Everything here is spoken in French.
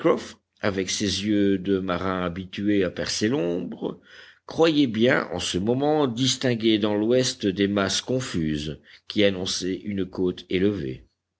avec ses yeux de marin habitués à percer l'ombre croyait bien en ce moment distinguer dans l'ouest des masses confuses qui annonçaient une côte élevée